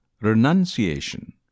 Renunciation